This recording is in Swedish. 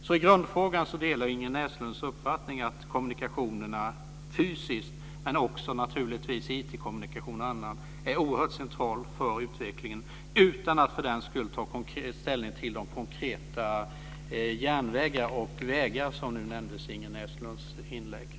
I grundfrågan delar jag Ingrid Näslunds uppfattning att kommunikationerna fysiskt, men också IT kommunikationer osv., är oerhört centrala för utvecklingen - utan att för den skull konkret ta ställning till de järnvägar och vägar som nämndes i Ingrid